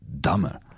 dumber